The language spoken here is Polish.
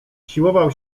siłował